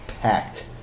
packed